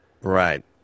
Right